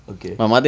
okay